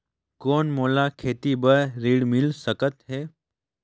कौन मोला खेती बर ऋण मिल सकत है?